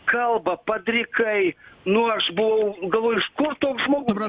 kalba padrikai nu aš buvau galvoju iš kur toks žmogus